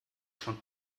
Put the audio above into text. schon